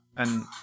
And-